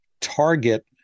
target